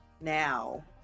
Now